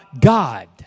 God